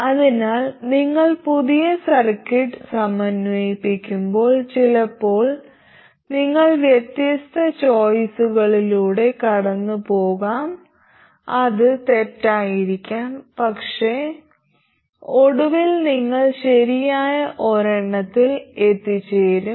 അതിനാൽ നിങ്ങൾ പുതിയ സർക്യൂട്ട് സമന്വയിപ്പിക്കുമ്പോൾ ചിലപ്പോൾ നിങ്ങൾ വ്യത്യസ്ത ചോയിസുകളിലൂടെ കടന്നുപോകാം അത് തെറ്റായിരിക്കാം പക്ഷേ ഒടുവിൽ നിങ്ങൾ ശരിയായ ഒരെണ്ണത്തിൽ എത്തിച്ചേരും